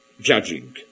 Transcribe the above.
judging